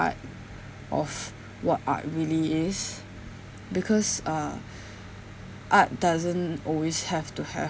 part of what art really is because uh art doesn't always have to have